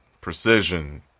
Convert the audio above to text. precision